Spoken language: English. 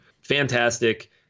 Fantastic